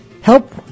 Help